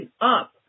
up